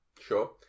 Sure